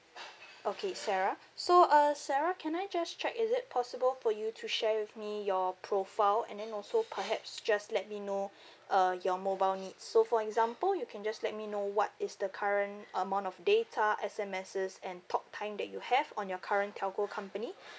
okay sarah so uh sarah can I just check is it possible for you to share with me your profile and then also perhaps just let me know uh your mobile needs so for example you can just let me know what is the current amount of data S_M_S and talk time that you have on your current telco company